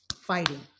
Fighting